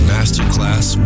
Masterclass